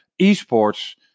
eSports